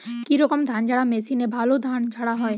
কি রকম ধানঝাড়া মেশিনে ভালো ধান ঝাড়া হয়?